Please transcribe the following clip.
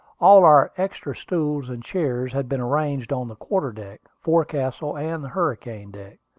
all our extra stools and chairs had been arranged on the quarter-deck, forecastle, and hurricane-deck.